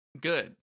good